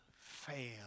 fail